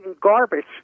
garbage